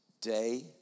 day